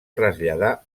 traslladar